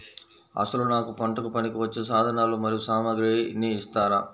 అసలు నాకు పంటకు పనికివచ్చే సాధనాలు మరియు సామగ్రిని ఇస్తారా?